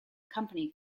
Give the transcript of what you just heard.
company